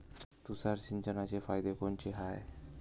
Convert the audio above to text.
तुषार सिंचनाचे फायदे कोनचे हाये?